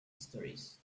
stories